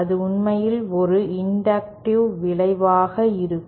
அது உண்மையில் ஒரு இன்டக்டிவ் விளைவாக இருக்கும்